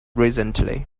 recently